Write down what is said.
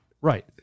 Right